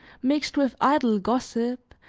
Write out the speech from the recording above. mixed with idle gossip,